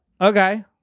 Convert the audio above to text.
Okay